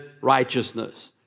righteousness